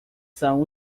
são